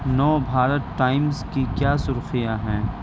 نو Bharat Times کی کیا سرخیاں ہیں